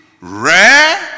rare